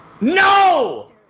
No